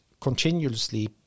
continuously